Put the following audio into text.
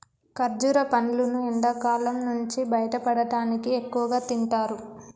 ఖర్జుర పండ్లును ఎండకాలం నుంచి బయటపడటానికి ఎక్కువగా తింటారు